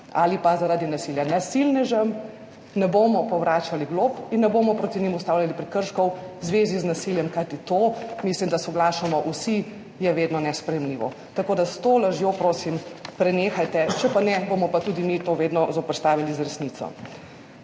ali pa zaradi nasilja. Nasilnežem ne bomo povračali glob in ne bomo proti njim ustavljali prekrškov v zvezi z nasiljem, kajti to – mislim, da soglašamo vsi – je vedno nesprejemljivo. Tako s to lažjo, prosim, prenehajte, če pa ne, bomo pa tudi mi to vedno zoperstavili z resnico.